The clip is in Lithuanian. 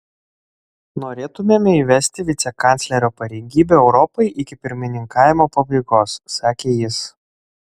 norėtumėme įvesti vicekanclerio pareigybę europai iki pirmininkavimo pabaigos sakė jis